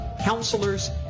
counselors